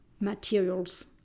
materials